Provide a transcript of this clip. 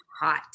hot